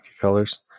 colors